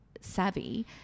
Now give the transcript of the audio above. savvy